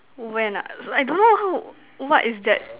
when ah so I don't know what is that